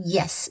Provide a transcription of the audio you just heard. Yes